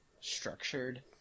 structured